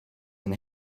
and